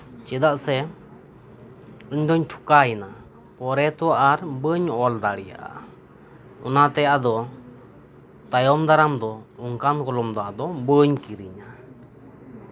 ᱪᱮᱫᱟᱜ ᱥᱮ ᱤᱧ ᱫᱚᱧ ᱴᱷᱚᱠᱟᱣ ᱮᱱᱟ ᱯᱚᱨᱮ ᱛᱚ ᱟᱨ ᱵᱟᱹᱧ ᱚᱞ ᱫᱟᱲᱮᱭᱟᱜᱼᱟ ᱚᱱᱟᱛᱮ ᱟᱫᱚ ᱛᱟᱭᱚᱢ ᱫᱟᱨᱟᱢ ᱫᱚ ᱟᱫᱚ ᱚᱱᱠᱟᱱ ᱠᱚᱞᱚᱢ ᱫᱚ ᱟᱫᱚ ᱵᱟᱹᱧ ᱠᱤᱨᱤᱧᱟ